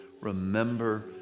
remember